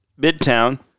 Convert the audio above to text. midtown